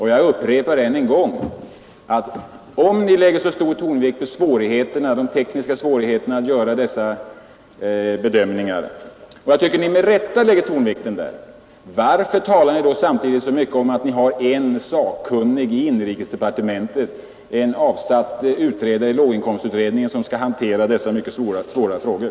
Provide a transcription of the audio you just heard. Jag upprepar än en gång: Om ni lägger så stor vikt vid de tekniska svårigheterna att göra dessa bedömningar — och jag tycker ni med rätta lägger tonvikten där — varför talar ni då samtidigt så mycket om att ni har en sakkunnig i inrikesdepartementet, en avsatt utredare i låginkomstutredningen, som skall hantera dessa mycket svåra frågor?